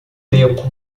beco